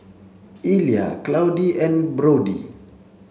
Illya Claudie and Brody